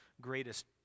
greatest